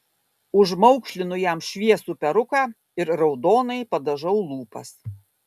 užmaukšlinu jam šviesų peruką ir raudonai padažau lūpas